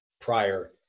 prior